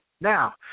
Now